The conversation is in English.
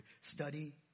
study